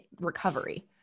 recovery